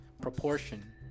Proportion